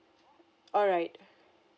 alright